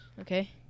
Okay